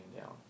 down